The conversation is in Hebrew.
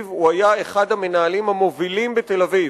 הוא היה אחד המנהלים המובילים בתל-אביב,